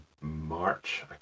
March